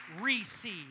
recede